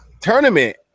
tournament